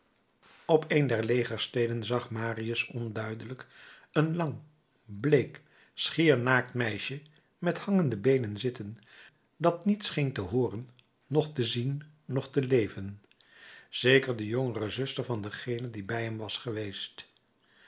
op een der legersteden zag marius onduidelijk een lang bleek schier naakt meisje met hangende beenen zitten dat niet scheen te hooren noch te zien noch te leven zeker de jongere zuster van degene die bij hem was geweest